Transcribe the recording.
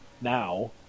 now